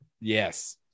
yes